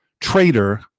traitor